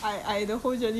小 far